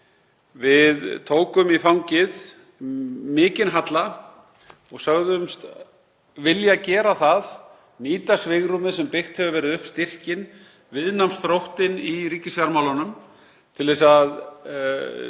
Við tókum í fangið mikinn halla, sögðumst vilja gera það, nýta svigrúmið sem byggt hefur verið upp, styrkinn, viðnámsþróttinn í ríkisfjármálunum til að